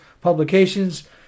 publications